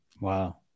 Wow